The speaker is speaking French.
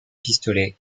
pistolet